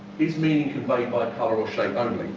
is meaning conveyed by colour or shape only